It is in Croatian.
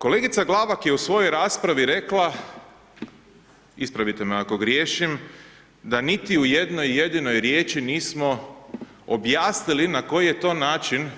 Kolegica Glavak je u svojoj raspravi rekla, ispravite me ako griješim, da niti u jednoj jedinoj riječi nismo objasnili na koji je to način